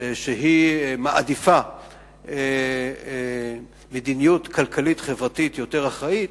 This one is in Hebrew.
שהיא מעדיפה מדיניות כלכלית-חברתית יותר אחראית,